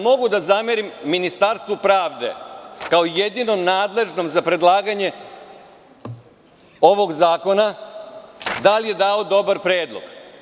Mogu da zamerim Ministarstvu pravde, kao jedinom nadležnom za predlaganje ovog zakona, da li je dalo dobar predlog.